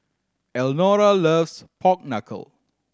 Elnora loves pork knuckle